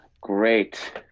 Great